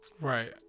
right